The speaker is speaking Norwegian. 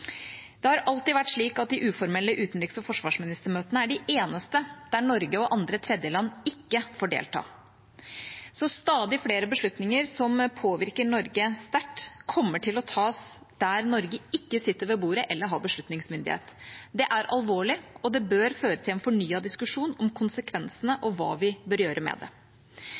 Det har alltid vært slik at de uformelle utenriks- og forsvarsministermøtene er de eneste der Norge og andre tredjeland ikke får delta. Stadig flere beslutninger som påvirker Norge sterkt, kommer til å tas der Norge ikke sitter ved bordet eller har beslutningsmyndighet. Det er alvorlig, og det bør føre til en fornyet diskusjon om konsekvensene og hva vi bør gjøre med det.